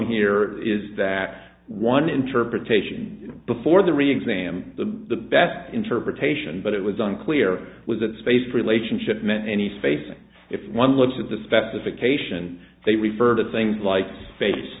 here is that one interpretation before the re exam the best interpretation but it was unclear was that space relationship meant any space and if one looks at the specification they refer to things like face